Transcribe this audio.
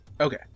Okay